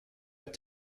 have